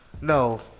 No